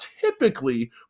typically